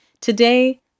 Today